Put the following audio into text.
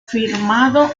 firmado